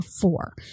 four